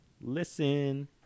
listen